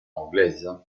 anglaise